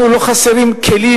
לנו לא חסרים כלים,